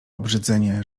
obrzydzenie